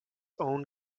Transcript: own